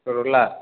Motorola